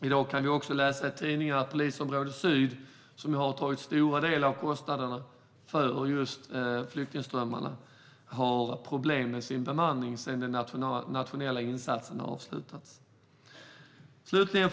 I dag kan vi också läsa i tidningarna att Polisområde Syd, som har fått ta ansvar för stora delar av kostnaderna för flyktingströmmarna, har problem med sin bemanning sedan de nationella insatserna har avslutats. Fru talman!